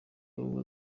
bamwe